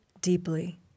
deeply